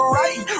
right